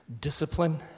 discipline